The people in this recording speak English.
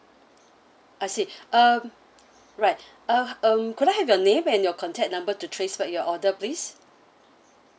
I see um right uh um could I have your name and your contact number to trace back your order please